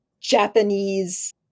Japanese